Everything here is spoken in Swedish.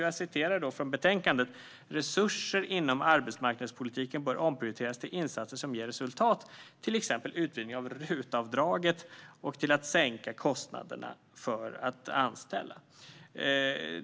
I betänkandet står det att resurser inom arbetsmarknadspolitiken bör omprioriteras till insatser som ger resultat, till exempel utvidgning av RUT-avdraget och till att sänka kostnaderna för att anställa.